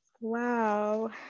Wow